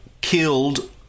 killed